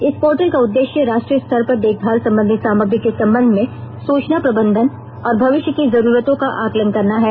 इस पोर्टल का उद्देश्य राष्ट्रीय स्तर पर देखभाल संबंधी सामग्री के संबंध में सूचना प्रबंधन और भविष्य की जरूरतों का आकलन करना है